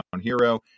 hero